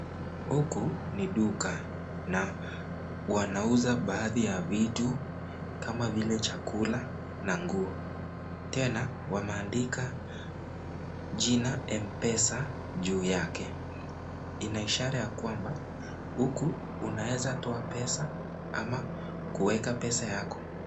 Huku ni duka na wanauza baadhi ya vitu kama vile chakula na nguo, tena wameandika jina Mpesa juu yake, ina ishara ya kwamba huku unaweza toa pesa ama kuweka pesa yako.